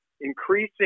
increasing